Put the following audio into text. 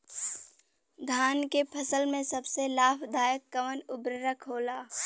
धान के फसल में सबसे लाभ दायक कवन उर्वरक होला?